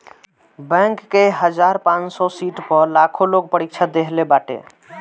bank के हजार पांच सौ सीट पअ लाखो लोग परीक्षा देहले बाटे